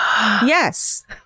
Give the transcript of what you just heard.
Yes